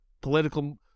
political